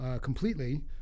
completely